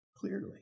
Clearly